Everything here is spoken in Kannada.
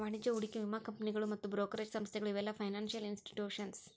ವಾಣಿಜ್ಯ ಹೂಡಿಕೆ ವಿಮಾ ಕಂಪನಿಗಳು ಮತ್ತ್ ಬ್ರೋಕರೇಜ್ ಸಂಸ್ಥೆಗಳು ಇವೆಲ್ಲ ಫೈನಾನ್ಸಿಯಲ್ ಇನ್ಸ್ಟಿಟ್ಯೂಷನ್ಸ್